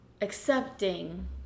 accepting